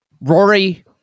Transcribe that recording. Rory